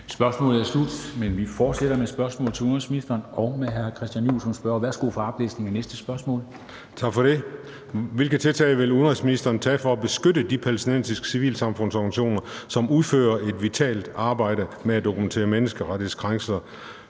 Spørgsmålet er slut. Men vi fortsætter med spørgsmål til udenrigsministeren og med hr. Christian Juhl som spørger. Kl. 13:13 Spm. nr. S 274 3) Til udenrigsministeren af: Christian Juhl (EL): Hvilke tiltag vil udenrigsministeren tage for at beskytte de palæstinensiske civilsamfundsorganisationer, som udfører et vitalt arbejde med at dokumentere menneskerettighedskrænkelser